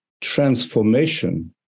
transformation